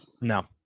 No